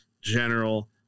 general